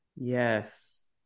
yes